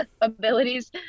abilities